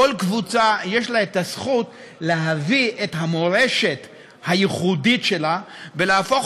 לכל קבוצה יש זכות להביא את המורשת הייחודית שלה ולהפוך